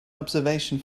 observation